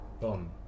boom